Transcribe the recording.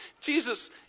Jesus